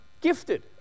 Gifted